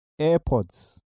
AirPods